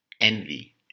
envy